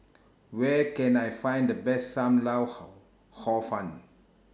Where Can I Find The Best SAM Lau Hor Hor Fun